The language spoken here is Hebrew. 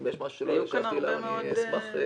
אם יש משהו שלא עניתי עליו, אני אשמח לענות.